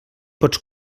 pots